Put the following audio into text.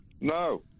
No